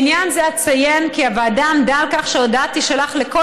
בעניין זה אציין כי הוועדה עמדה על כך שההודעה תישלח לכל